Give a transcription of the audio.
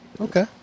Okay